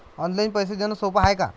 Online पैसे देण सोप हाय का?